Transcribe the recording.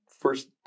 first